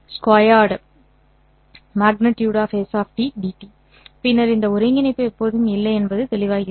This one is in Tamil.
∞ பின்னர் இந்த ஒருங்கிணைப்பு எப்போதும் இல்லை என்பது தெளிவாகிறது